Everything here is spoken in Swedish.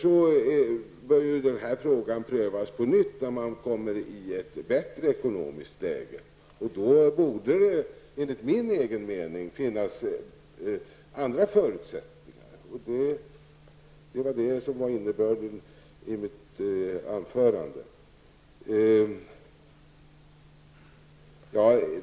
Den här frågan bör alltså prövas på nytt när man kommer i ett bättre ekonomiskt läge. Då borde det enligt min egen mening finnas andra förutsättningar. Det var innebörden i mitt anförande.